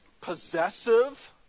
possessive